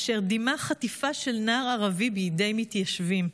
אשר דימה חטיפה של נער ערבי בידי מתיישבים.